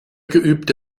geübte